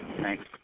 Thanks